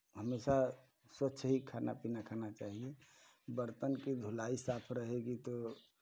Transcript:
हमेशा स्वच्छ ही खाना पीना खाना चाहिये बर्तन की धुलाई साफ रहेगी तो